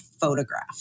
photograph